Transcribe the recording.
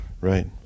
right